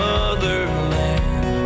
Motherland